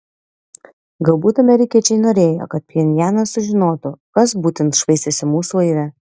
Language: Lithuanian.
galbūt amerikiečiai norėjo kad pchenjanas sužinotų kas būtent švaistėsi mūsų laive